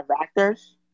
actors